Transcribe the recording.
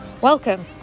Welcome